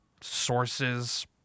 sources